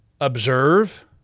Observe